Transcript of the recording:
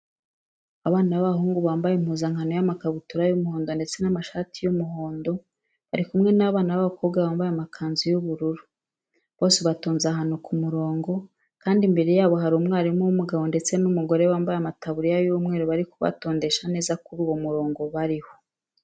Abana b'abahungu bambaye impuzankano y'amakabutura ay'umuhondo ndetse n'amashati y'umuhondo bari kumwe n'abana b'abakobwa bambaye amakanzu y'ubururu, bose batonze ahantu ku murongo kandi imbere yabo hari umwarimu w'umugabo ndetse n'umugore bambaye amataburiya y'umweru bari kubatondesha neza kuri uwo murongo bariho.